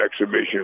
exhibition